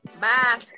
Bye